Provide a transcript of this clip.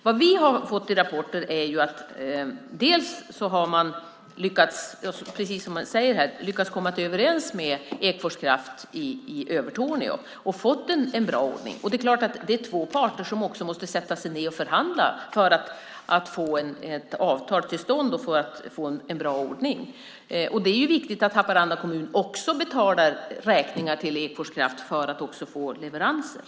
Det vi har fått rapporter om är att man i Övertorneå har lyckats, precis som det sägs här, komma överens med Ekfors Kraft och fått en bra ordning. Det är klart att det är två parter som också måste sätta sig ned och förhandla för att få ett avtal till stånd och få en bra ordning. Det är också viktigt att Haparanda kommun betalar räkningar till Ekfors Kraft för att få leveranser.